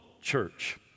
church